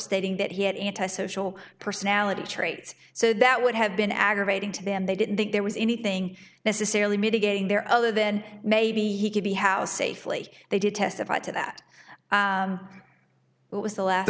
stating that he had anti social personality traits so that would have been aggravating to them they didn't think there was anything necessarily mitigating there other than maybe he could be how safely they did testify to that it was the last